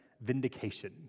vindication